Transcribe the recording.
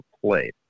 played